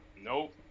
Nope